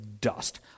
dust